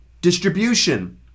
distribution